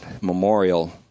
Memorial